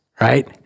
right